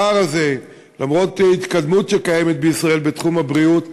הפער הזה, למרות ההתקדמות בישראל בתחום הבריאות,